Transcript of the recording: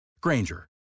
Granger